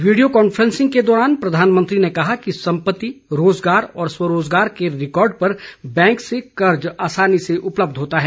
video conferencing के दौरान प्रधानमंत्री ने कहा कि सम्पत्ति रोजगार और स्वरोजगार के रिकॉर्ड पर बैंक से कर्ज आसानी से उपलब्ध होता है